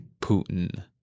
Putin